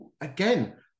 again